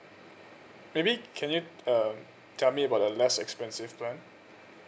maybe can you um tell me about the less expensive one